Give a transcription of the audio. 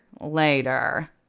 later